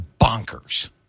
bonkers